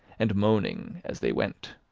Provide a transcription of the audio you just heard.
and moaning as they went.